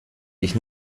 ich